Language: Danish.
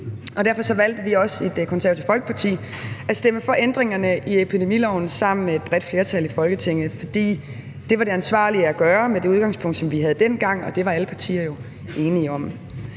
Derfor valgte vi også i Det Konservative Folkeparti at stemme for ændringerne i epidemiloven sammen med et bredt flertal i Folketinget – fordi det var det ansvarlige at gøre med det udgangspunkt, som vi havde dengang, og det var alle partier jo enige om.